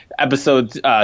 Episode